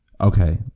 Okay